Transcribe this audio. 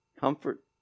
comfort